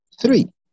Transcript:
Three